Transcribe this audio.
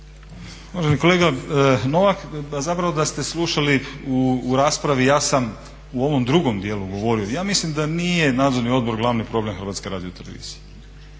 Uvaženi kolega Novak, zapravo da ste slušali u raspravi ja sam u ovom drugom dijelu govorio, ja mislio da nije Nadzorni odbor glavni problem HRT-a. Problem je